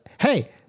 hey